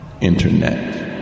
Internet